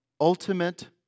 ultimate